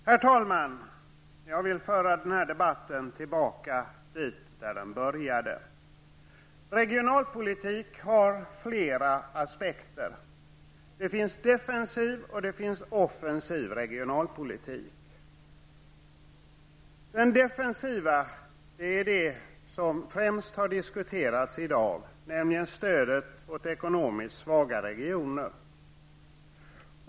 Herr talman! Jag vill föra denna debatt tillbaka dit där den började. Regionalpolitik har flera aspekter. Det finns defensiv och offensiv regionalpolitik. Den defensiva är det som främst har diskuterats i dag, nämligen stödet till ekonomiskt svaga regioner.